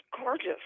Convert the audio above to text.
gorgeous